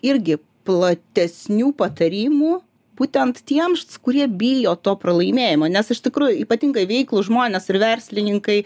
irgi platesnių patarimų būtent tiems kurie bijo to pralaimėjimo nes iš tikrųjų ypatingai veiklūs žmonės ir verslininkai